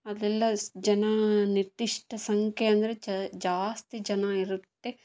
ಅಲ್ಲೆಲ್ಲ ಜನ ನಿರ್ದಿಷ್ಟ ಸಂಖ್ಯೆ ಅಂದರೆ ಜಾಸ್ತಿ ಜನ ಇರುತ್ತೆ